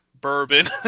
bourbon